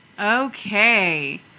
okay